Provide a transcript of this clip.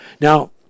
now